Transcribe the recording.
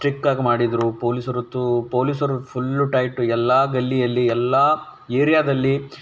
ಸ್ಟ್ರಿಕ್ಟಾಗಿ ಮಾಡಿದ್ದರು ಪೊಲೀಸರು ತು ಪೊಲೀಸರು ಫುಲ್ಲು ಟೈಟು ಎಲ್ಲ ಗಲ್ಲಿಯಲ್ಲಿ ಎಲ್ಲ ಏರಿಯಾದಲ್ಲಿ